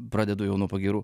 pradedu jau nuo pagyrų